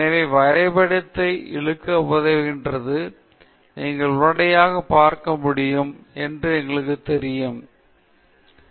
எனவே வரைபடத்தை இழுக்க உதவுகிறது நீங்கள் உடனடியாக பார்க்க முடியும் என்று உங்களுக்கு தெரியும் ஒரு அட்டவணை காட்டப்படும் என்ன இடையே ஒரு வித்தியாசம் உள்ளது என்ன ஒரு வரைபடத்தில் காட்டப்படும்